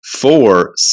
four